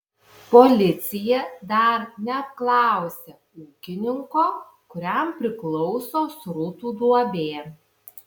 policija dar neapklausė ūkininko kuriam priklauso srutų duobė